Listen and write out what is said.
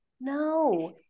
no